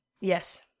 Yes